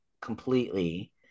completely